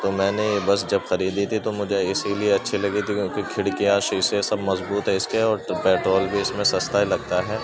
تو میں نے یہ بس جب خریدی تھی تو مجھے اسی لیے اچھی لگی تھی کیونکہ کھڑکیاں شیشے سب مضبوط ہیں اس کے اور پٹرول بھی اس میں سستا ہی لگتا ہے